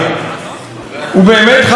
הוא באמת חי בארץ אחרת.